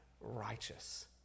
righteous